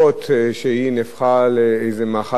והפכה למאכל לאומי וסמלי,